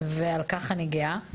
ועל כך אני גאה.